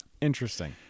Interesting